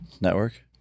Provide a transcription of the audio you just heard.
network